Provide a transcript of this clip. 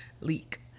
leak